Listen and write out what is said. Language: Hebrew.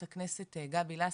חבר הכנסת מיכאל ביטון,